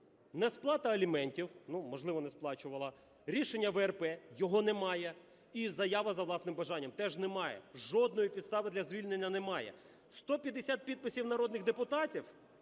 несплата аліментів, можливо, не сплачувала; рішення ВРП, його немає і заява за власним бажанням, теж немає. Жодної підстави для звільнення немає. 150 підписів народних депутатів